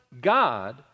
God